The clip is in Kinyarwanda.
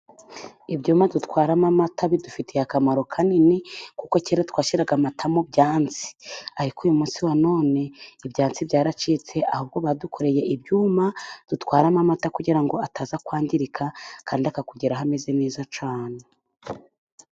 Ibyuma dutwaramo amata bidufitiye akamaro kanini，kuko kera twashyiraga amata mu byansi， ariko uyu munsi wa none，ibyansi byaracitse，ahubwo badukoreye ibyuma dutwaramo amata， kugira ngo ataza kwangirika， kandi akakugeraho ameze neza cyane.